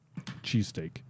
cheesesteak